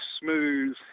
smooth